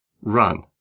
run